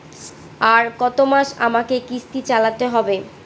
আর কতমাস আমাকে কিস্তি চালাতে হবে?